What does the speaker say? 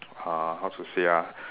uh how to say ah